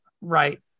Right